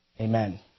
Amen